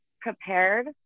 prepared